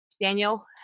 daniel